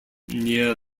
near